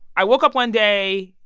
i woke up one day,